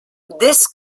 this